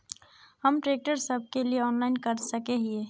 हम ट्रैक्टर सब के लिए ऑनलाइन कर सके हिये?